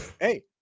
Hey